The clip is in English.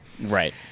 Right